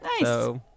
Nice